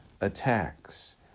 attacks